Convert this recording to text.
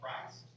Christ